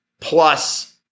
plus